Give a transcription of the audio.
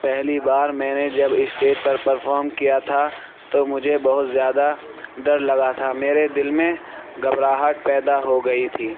پہلی بار میں نے جب اسٹیج پر پرفارم کیا تھا تو مجھے بہت زیادہ ڈر لگا تھا میرے دل میں گھبراہٹ پیدا ہو گئی تھی